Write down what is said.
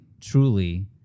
truly